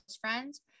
friends